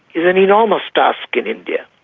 is an enormous task in india.